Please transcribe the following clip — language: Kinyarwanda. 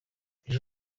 ejo